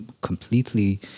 completely